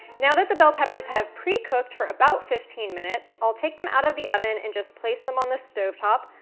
now that the bell peppers have precooked for about fifteen minutes, i'll take them out of the oven and just place them on the stove top,